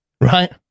Right